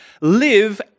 Live